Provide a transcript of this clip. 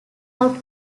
out